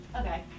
Okay